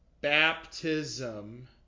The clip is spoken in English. baptism